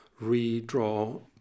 redraw